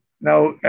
Now